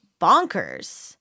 bonkers